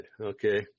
okay